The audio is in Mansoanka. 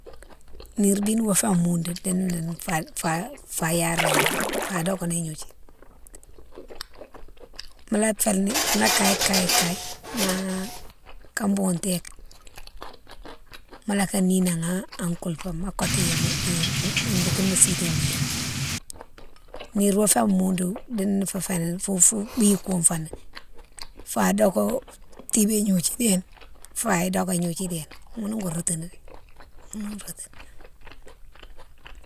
Nire bine wo fé an mundo dini ni fa yaryéni, fa doké nire gnodiou, mola kaye kaye kaye ma ka boughou téke mola nih nan an koulpé ma, ma kotou gnéma mo siti nini. Nire ma fé an mundou dini fou féni bine ikoume foni fa doké tibé ignodiou déne fa doké gnodiou déne ghounou go rotini, ghounou.